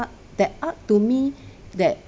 art that art to me that